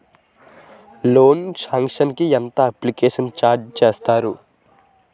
Loan sanction కి ఎంత application charge వేస్తారు?